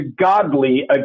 godly